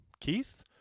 Keith